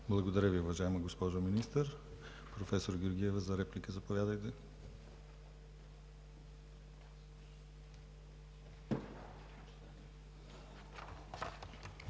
Благодаря Ви, уважаема госпожо Министър. Професор Георгиева, заповядайте